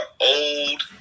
old